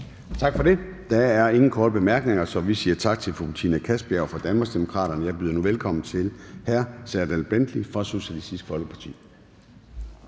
Tak for det. Der er ingen korte bemærkninger, så vi siger tak til fru Betina Kastbjerg fra Danmarksdemokraterne. Jeg byder nu velkommen til hr. Serdal Benli fra Socialistisk Folkeparti.